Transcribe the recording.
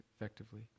effectively